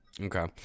Okay